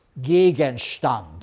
Gegenstand